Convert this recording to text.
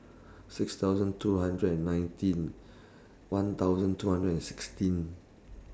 six thousand two hundred and nineteen one thousand two hundred and sixteen